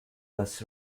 bus